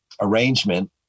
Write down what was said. arrangement